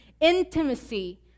intimacy